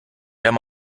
haben